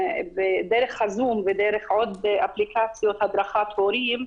דרך הזום ודרך עוד אפליקציות הדרכת הורים,